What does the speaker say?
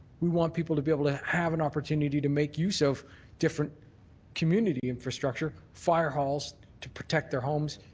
we want people to be able to have and opportunity to make use of different community infrastructure, fire halls to protect their homes,